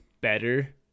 better